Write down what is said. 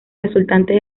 resultantes